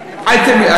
כן.